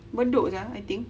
bedok sia I think